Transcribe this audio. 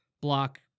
Block